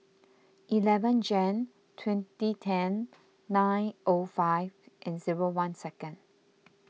eleven Jan twenty ten nine O five and zero one second